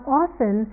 often